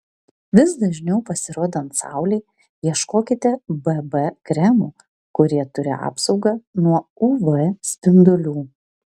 vis dažniau pasirodant saulei ieškokite bb kremų kurie turi apsaugą nuo uv spindulių